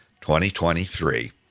2023